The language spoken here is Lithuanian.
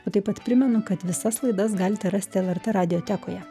o taip pat primenu kad visas laidas galite rasti lrt radiotekoje